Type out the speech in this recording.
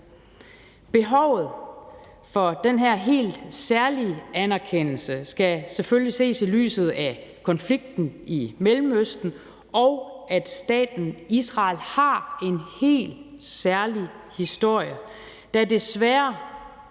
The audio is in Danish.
Behovet for den her helt særlige anerkendelse skal selvfølgelig ses i lyset af konflikten i Mellemøsten og af, at staten Israel har en helt særlig historie, der desværre